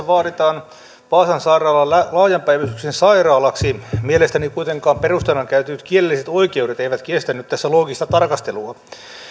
vaaditaan vaasan sairaalaa laajan päivystyksen sairaalaksi mielestäni perusteena käytetyt kielelliset oikeudet kuitenkaan eivät kestä nyt tässä loogista tarkastelua